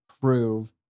prove